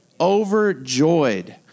Overjoyed